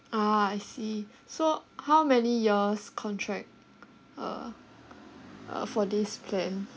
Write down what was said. ah I see so how many years contract uh uh for this plan